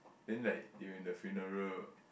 then like they were in the funeral